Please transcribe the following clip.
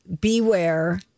beware